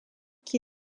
qui